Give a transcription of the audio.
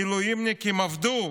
מילואימניקים, עבדו.